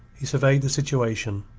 he surveyed the situation.